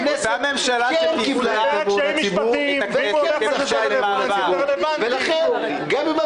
הכנסת כן קיבלה את אימון הציבור -- הוא דיבר על קשיים משפטיים.